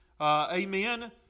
Amen